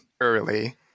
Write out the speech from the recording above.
early